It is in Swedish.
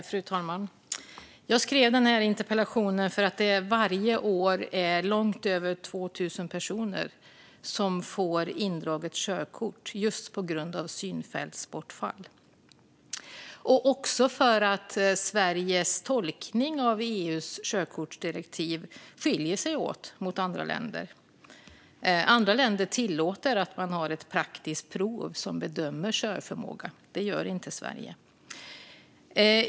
Fru talman! Jag skrev den här interpellationen för att det varje år är långt över 2 000 personer som får sitt körkort indraget just på grund av synfältsbortfall och också för att Sveriges tolkning av EU:s körkortsdirektiv skiljer sig från andra länders. Andra länder tillåter att man har ett praktiskt prov som bedömer körförmåga, men det gör inte Sverige.